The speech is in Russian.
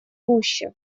гуще